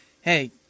hey